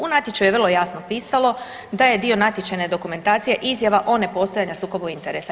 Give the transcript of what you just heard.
U natječaju je vrlo jasno pisalo da je dio natječajne dokumentacije izjava o nepostojanju sukoba interesa.